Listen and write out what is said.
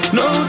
no